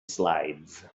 slides